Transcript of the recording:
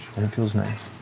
and it feels nice.